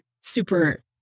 super